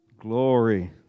Glory